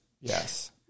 Yes